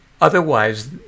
otherwise